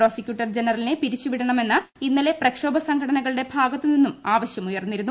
prosecutor ജനറലിനെ പിരിച്ചുവിടണമെന്ന് ഇന്നലെ പ്രക്ഷോപ സംഘടനകളുടെ ഭാഗത്തുനിന്നും ആവശ്യമുയർന്നിരുന്നു